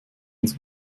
ins